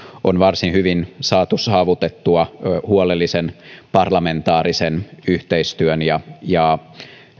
on varsin hyvin saatu saavutettua huolellisen parlamentaarisen yhteistyön ja ja